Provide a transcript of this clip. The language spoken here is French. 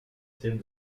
thème